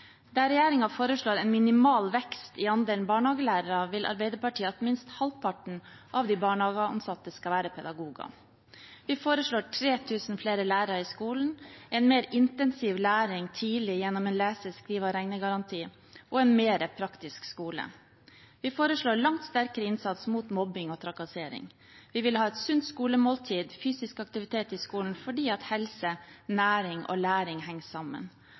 Der regjeringen foreslår en minimal vekst i andelen barnehagelærere, vil Arbeiderpartiet at minst halvparten av de barnehageansatte skal være pedagoger. Vi foreslår 3 000 flere lærere i skolen, en mer intensiv læring tidlig gjennom en lese-, skrive- og regnegaranti og en mer praktisk skole. Vi foreslår langt sterkere innsats mot mobbing og trakassering. Vi vil ha et sunt skolemåltid og fysisk aktivitet i skolen, fordi helse, næring og læring henger sammen.